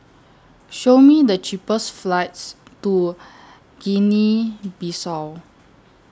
Show Me The cheapest flights to Guinea Bissau